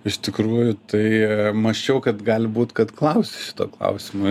iš tikrųjų tai mąsčiau kad gali būt kad klausi šito klausimo